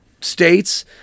states